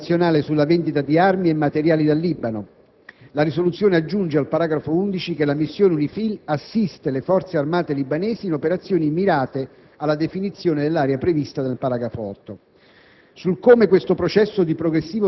l'istituzione di un embargo internazionale sulla vendita di armi e materiali dal Libano. La risoluzione aggiunge al paragrafo 11 che la missione UNIFIL «... assiste le forze amate libanesi in operazioni mirate alla definizione dell'area prevista nel paragrafo 8».